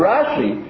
Rashi